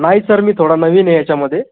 नाही सर मी थोडा नवीन आहे ह्याच्यामध्ये